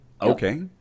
Okay